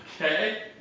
Okay